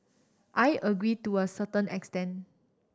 I agree to a certain extent